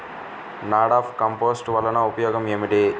NADEP compost వలన ఉపయోగం ఏమిటి?